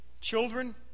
children